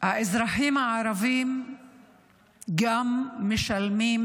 האזרחים הערבים גם משלמים